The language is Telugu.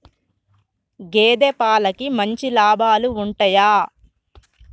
గేదే పాలకి మంచి లాభాలు ఉంటయా?